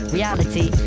Reality